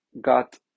got